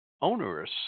onerous